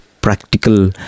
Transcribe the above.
practical